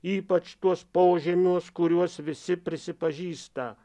ypač tuos požemiuos kuriuos visi prisipažįsta